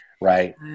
Right